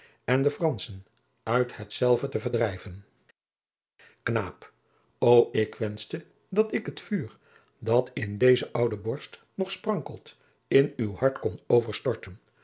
en de franschen uit hetzelve te verdrijven knaap o ik wenschte dat ik het vuur dat in deze oude borst nog sprankelt in uw hart kon